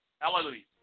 Hallelujah